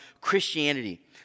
Christianity